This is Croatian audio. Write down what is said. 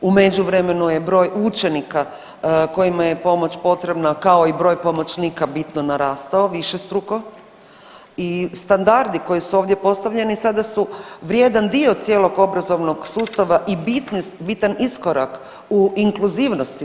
U međuvremenu je broj učenika kojima je pomoć potrebna kao i broj pomoćnika bitno narastao, višestruko i standardi koji su ovdje postavljeni sada su vrijedan dio cijelog obrazovnog sustava i bitan iskorak u inkluzivnosti.